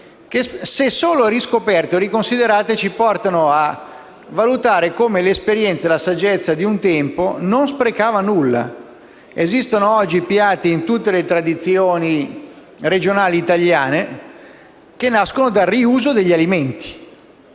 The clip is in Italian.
se solo riscoperte o riconsiderate, ci portano a valutare come l'esperienza e la saggezza di un tempo facevano sì che non si sprecasse nulla. Esistono oggi piatti in tutte le tradizioni regionali italiane che nascono dal riuso degli alimenti,